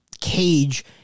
cage